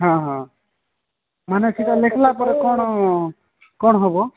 ହଁ ହଁ ମାନେ ସେଇଟା ଲେଖିଲା ପରେ କ'ଣ କ'ଣ ହବ